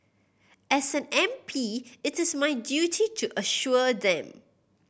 as an M P it is my duty to assure them